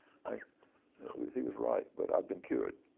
i mean he was right, but i've been cured.